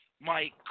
Mike